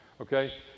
Okay